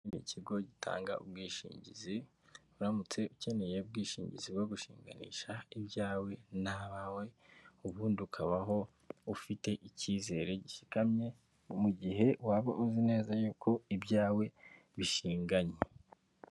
Ikigo gitanga ubwishingizi. Uramutse ukeneye ubwishingizi bwo gushinganisha ibyawe n'abawe ubundi ukabaho ufite ikizere gishikamye, mu gihe waba uzi neza ko ibyawe bishinganye.